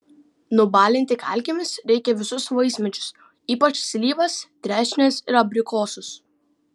nubalinti kalkėmis reikia visus vaismedžius ypač slyvas trešnes ir abrikosus